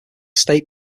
state